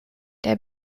der